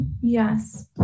Yes